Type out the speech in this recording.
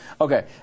okay